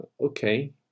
Okay